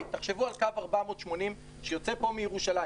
תחשבו על קו 480 שיוצא מירושלים.